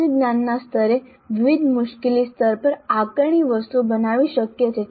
આપેલ જ્ઞાનના સ્તરે વિવિધ મુશ્કેલી સ્તર પર આકારણી વસ્તુઓ બનાવવી શક્ય છે